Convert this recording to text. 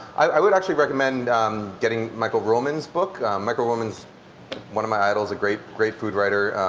i would actually recommend getting michael ruhlman's book. michael ruhlman's one of my idols, a great, great food writer.